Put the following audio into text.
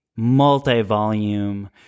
multi-volume